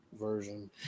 version